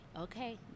okay